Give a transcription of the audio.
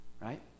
Right